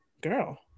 girl